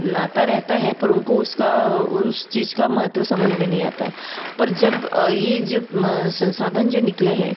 नाता रहता है पर उनको उसका उस चीज़ का महत्व समझ में नहीं आता पर जब ये जब संसाधन जो निकले हैं